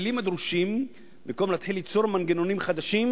הכלים הדרושים במקום ליצור מנגנונים חדשים,